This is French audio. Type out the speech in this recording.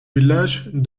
villages